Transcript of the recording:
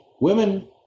Women